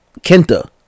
kenta